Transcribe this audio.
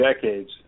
decades